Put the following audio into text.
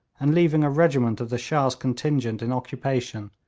and leaving a regiment of the shah's contingent in occupation,